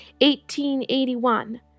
1881